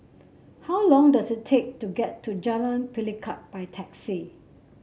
how long does it take to get to Jalan Pelikat by taxi